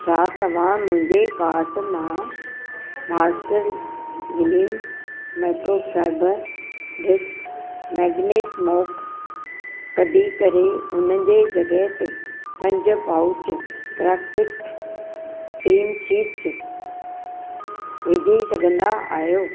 छा तव्हां मुंहिंजे काट मां Master Gleam microfibre dust magnet mop कढी करे उन जे जॻहि ते पंज पाउच प्राक्तिक क्रीम सीड्स विझी सघंदा आहियो